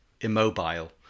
immobile